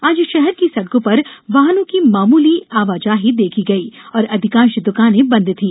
आज शहर की सड़कों पर वाहनों की मामूली आवाजाही देखी गई और अधिकांश दुकाने बन्द थी